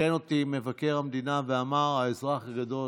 תיקן אותי מבקר המדינה ואמר "האזרח הגדול",